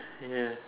ya